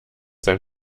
sein